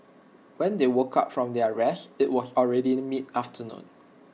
when they woke up from their rest IT was already mid afternoon